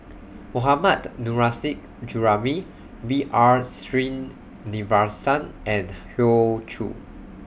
Mohammad Nurrasyid Juraimi B R Sreenivasan and Hoey Choo